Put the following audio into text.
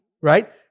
right